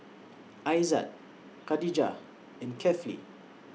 Aizat Khadija and Kefli